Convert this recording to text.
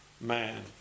man